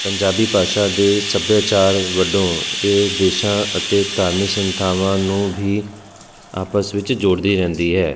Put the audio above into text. ਪੰਜਾਬੀ ਭਾਸ਼ਾ ਦੇ ਸੱਭਿਆਚਾਰ ਵਜੋਂ ਇਹ ਦੇਸ਼ਾਂ ਅਤੇ ਧਾਰਮਿਕ ਸੰਸਥਾਵਾਂ ਨੂੰ ਵੀ ਆਪਸ ਵਿੱਚ ਜੋੜਦੀ ਰਹਿੰਦੀ ਹੈ